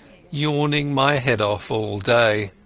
yawning my head off all day.